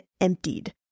emptied